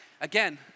Again